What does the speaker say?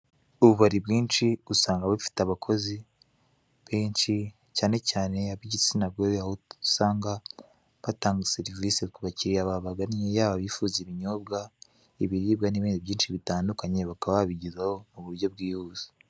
Ububari bwinshi usanga bufite abakozi benshi cyane cyane abigitsina gore aho usanga batanga serivise kubakiriya babaganye yaba abifuza ibinyobwa, ibiribwa n'ibindi byinshi bikaba byabageraho m'uburyo bwihuse.